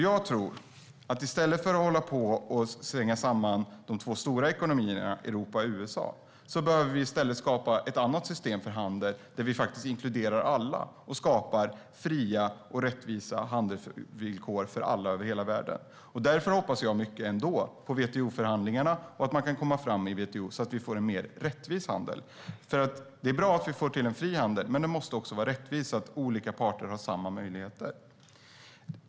Jag tror att i stället för att hålla på och svänga samman de två stora ekonomierna Europa och USA behöver vi skapa ett annat system för handel, där vi inkluderar alla och skapar fria och rättvisa handelsvillkor för alla över hela världen. Därför hoppas jag ändå mycket på att man kan komma fram i WTO-förhandlingarna så att vi får en mer rättvis handel. Det är bra att vi får till en fri handel, men den måste också vara rättvis så att olika parter har samma möjligheter.